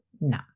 no